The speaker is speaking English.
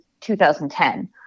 2010